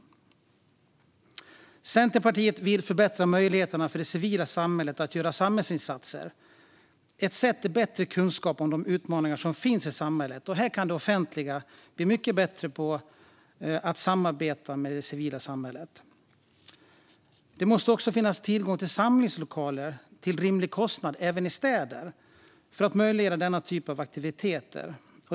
Centerpartiet vill förbättra möjligheterna för det civila samhället att göra samhällsinsatser. Ett sätt är bättre kunskap om de utmaningar som finns i samhället. Här kan det offentliga bli mycket bättre på att samarbeta med det civila samhället. Det måste också finnas tillgång till samlingslokaler till rimlig kostnad även i städer för att möjliggöra denna typ av aktiviteter.